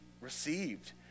received